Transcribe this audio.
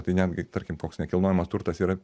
tai netgi tarkim koks nekilnojamas turtas yra